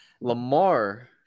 Lamar